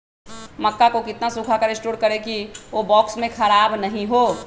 मक्का को कितना सूखा कर स्टोर करें की ओ बॉक्स में ख़राब नहीं हो?